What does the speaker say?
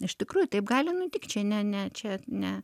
iš tikrųjų taip gali nutikt čia ne ne čia ne